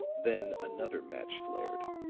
then another match flared,